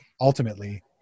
Ultimately